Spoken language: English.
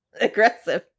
aggressive